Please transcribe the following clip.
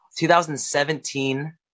2017